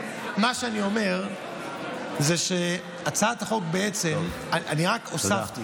מה שאני אומר, שהצעת החוק בעצם, אני רק הוספתי